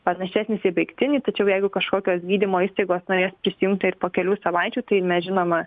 panašesnis į baigtinį tačiau jeigu kažkokios gydymo įstaigos norės prisijungti ir po kelių savaičių tai mes žinoma